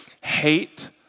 Hate